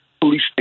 police